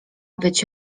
być